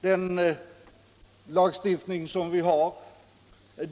Den lagstiftning vi har